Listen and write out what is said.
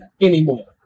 anymore